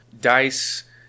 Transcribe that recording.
DICE